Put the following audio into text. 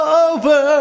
over